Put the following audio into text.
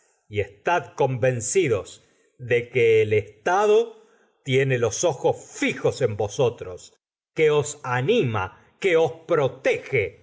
y estad convencidos de que el estado tiene los ojos fijos en vosotros que os anima que os protege